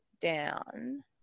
down